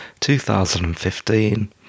2015